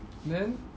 then